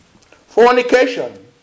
fornication